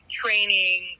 training